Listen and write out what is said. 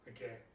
Okay